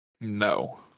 No